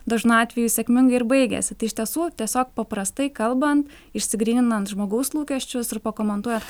dažnu atveju sėkmingai ir baigiasi tai iš tiesų tiesiog paprastai kalbant išsigryninant žmogaus lūkesčius ir pakomentuojant